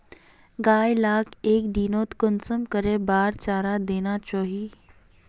गाय लाक एक दिनोत कुंसम करे बार चारा देना चही?